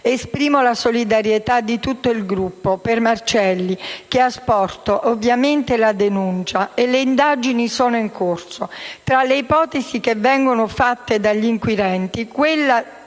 Esprimo la solidarietà di tutto il Gruppo per Marcelli, che ha sporto ovviamente denuncia e le indagini sono in corso. Tra le ipotesi che vengono fatte dagli inquirenti c'è quella